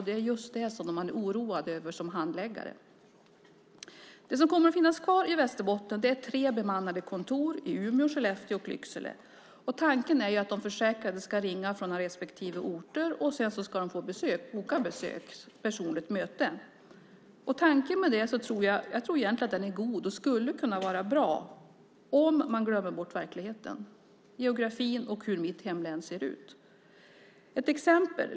Det är just det som man är oroad över som handläggare. Det som kommer att finnas kvar i Västerbotten är tre bemannade kontor i Umeå, Skellefteå och Lycksele. Tanken är att de försäkrade ska ringa från respektive orter, och sedan ska de få boka besök, ett personligt möte. Jag tror egentligen att tanken är god, och det skulle kunna vara bra, om man glömmer bort verkligheten, geografin och hur mitt hemlän ser ut. Jag ska ge ett exempel.